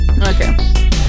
Okay